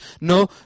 No